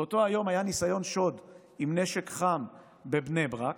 באותו היום היה ניסיון שוד עם נשק חם בבני ברק.